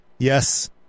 Yes